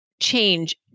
change